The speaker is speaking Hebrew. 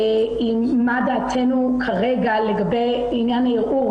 מה דעתנו כרגע לגבי עניין הערעור.